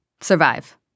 Survive